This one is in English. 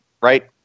right